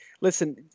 listen –